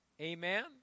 Amen